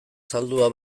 zaldua